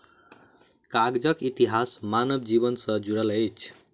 कागजक इतिहास मानव जीवन सॅ जुड़ल अछि